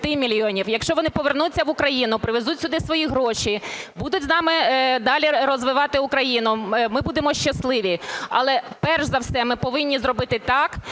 мільйонів, якщо вони повернуться в Україну, привезуть сюди свої гроші, будуть з нами далі розвивати Україну, ми будемо щасливі. Але перш за все ми повинні зробити так,